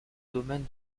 domaine